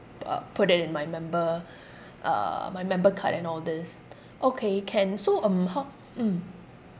uh put it in my member uh my member card and all this okay can so um how mm